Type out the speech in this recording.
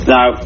Now